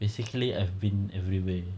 basically I've been everywhere